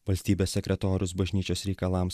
valstybės sekretorius bažnyčios reikalams